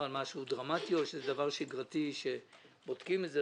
על משהו דרמטי או שזה דבר שגרתי שבודקים את זה,